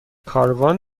کاروان